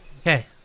Okay